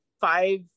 five